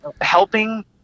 helping